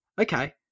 Okay